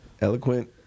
Eloquent